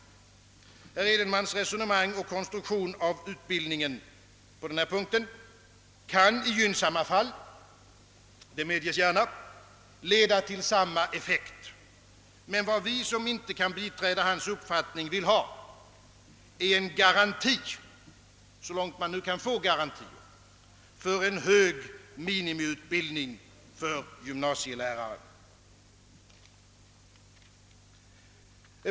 Herr Edenmans resonemang och konstruktion av utbildningen på denna punkt kan i gynnsamma fall — det medges gärna — leda till samma effekt, men vad vi som inte kan biträda hans uppfattning vill ha är en garanti — så långt man nu kan få en sådan — för en hög minimiutbildning för gymnasielärare.